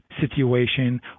situation